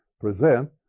present